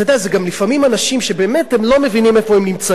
זה גם לפעמים אנשים שבאמת הם לא מבינים איפה הם נמצאים.